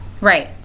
Right